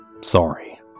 Sorry